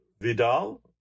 Vidal